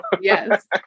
Yes